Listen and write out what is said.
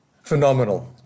phenomenal